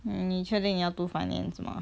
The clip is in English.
mm 你确定你要读 finance 吗